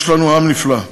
יש לנו עם נפלא.